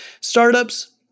Startups